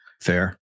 Fair